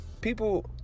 People